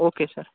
okay sir